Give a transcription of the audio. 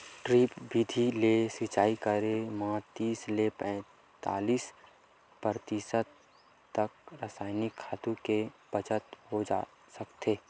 drip बिधि ले सिचई करे म तीस ले पैतालीस परतिसत तक रसइनिक खातू के बचत हो सकथे